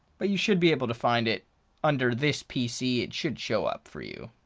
but you should be able to find it under this pc it should show up for you.